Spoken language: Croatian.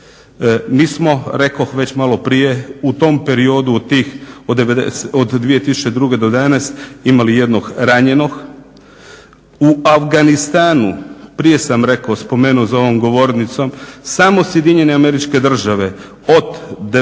Mi smo rekoh već malo prije u tom periodu od 2002.do danas imali jednog ranjenog. U Afganistanu prije sam rekao spomenuo za ovom govornicom samo SAD od 2002.do danas do